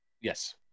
Yes